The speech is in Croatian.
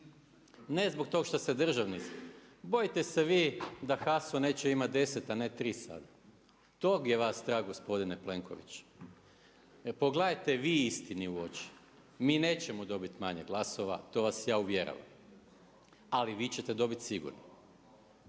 ne zbog toga šta ste državnici, bojite se vi da… /Govornik se ne razumije./… neće imati 10 a ne 3 sad. Tog je vas strah gospodine Plenković. Pogledajte vi istini u oči. Mi nećemo manje glasova, to vas ja uvjeravam, ali vi ćete dobiti sigurno.